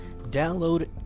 Download